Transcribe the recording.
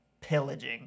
pillaging